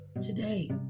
today